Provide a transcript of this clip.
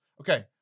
Okay